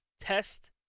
test